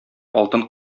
алтын